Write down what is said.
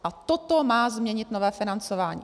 A toto má změnit nové financování.